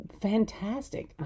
fantastic